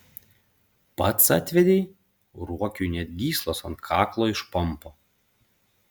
pats atvedei ruokiui net gyslos ant kaklo išpampo